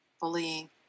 bullying